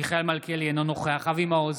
אינו נוכח אבי מעוז,